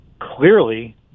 clearly